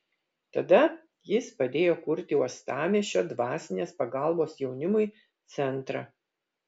tada jis padėjo kurti uostamiesčio dvasinės pagalbos jaunimui centrą